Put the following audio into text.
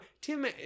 Tim